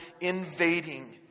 invading